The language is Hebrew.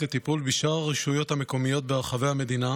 לטובת תמיכה בקהילות המפונים והמתפנים במדינת